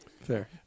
Fair